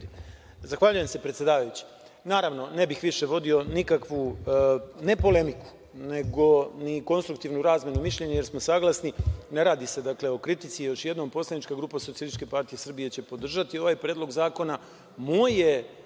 Zahvaljujem se, predsedavajući. Naravno, ne bih više vodio nikakvu, ne polemiku, nego ni konstruktivnu razmenu mišljenja, jer smo saglasni da se ne radi o kritici, još jednom, poslanička grupa SPS će podržati ovaj predlog zakona. Moje